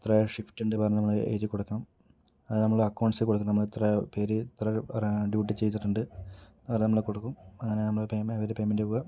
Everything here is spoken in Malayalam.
ഇത്ര ഷിഫ്റ്റ് ഉണ്ട് പറഞ്ഞ് നമ്മള് എഴുതിക്കൊടുക്കണം അത് നമ്മള് അക്കൗണ്ട്സിൽ കൊടുക്കണം ഇത്ര പേര് ഇത്ര ഡ്യൂട്ടി ചെയ്തിട്ടുണ്ട് നമ്മളിത്ര പേര് ഇത്ര ഡ്യൂട്ടി ചെയ്തിട്ടുണ്ട് അത് നമ്മള് കൊടുക്കും അങ്ങനെ നമ്മള് പേ പയ്മെന്റാവുക